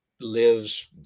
lives